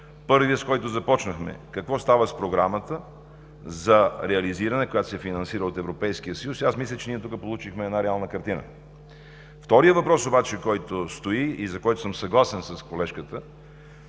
Първият е, с който започнахме – какво става с Програмата за реализиране, която се финансира от Европейския съюз. Мисля, че тук получихме реална картина. Вторият въпрос, за който съм съгласен с колежката,